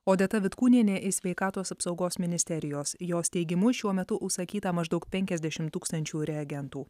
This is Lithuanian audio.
odeta vitkūnienė iš sveikatos apsaugos ministerijos jos teigimu šiuo metu užsakyta maždaug penkiasdešimt tūkstančių reagentų